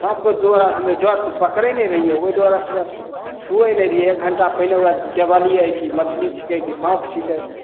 साँपके दोबारा हमे डरसँ पकड़य नहि रहियै ओइ डरसँ छुयै नहि रहियै एक घण्टा पहिने ओकरा टेबलियै कि मछली छिकै कि साँप छिकै